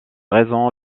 raison